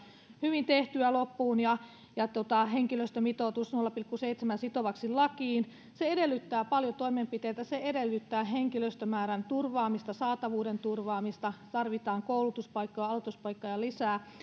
hyvin tehtyä loppuun ja ja henkilöstömitoitus nolla pilkku seitsemäksi sitovaksi lakiin se edellyttää paljon toimenpiteitä se edellyttää henkilöstömäärän turvaamista saatavuuden turvaamista tarvitaan koulutuspaikkoja aloituspaikkoja lisää